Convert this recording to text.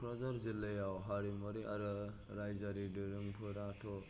क'क्राझार जिल्लायाव हारिमुवारि आरो रायजोआरि दोरोमफोराथ